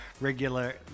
regular